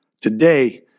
Today